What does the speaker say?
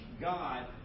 God